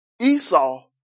Esau